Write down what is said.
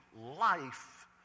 life